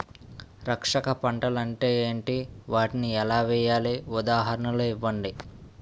రక్షక పంటలు అంటే ఏంటి? వాటిని ఎలా వేయాలి? ఉదాహరణలు ఇవ్వండి?